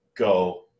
Go